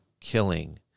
killing